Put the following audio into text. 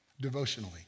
devotionally